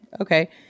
okay